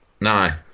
No